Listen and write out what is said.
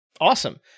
Awesome